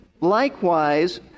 likewise